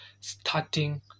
Starting